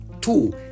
Two